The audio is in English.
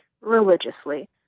religiously